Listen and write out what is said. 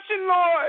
Lord